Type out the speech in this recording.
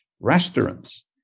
restaurants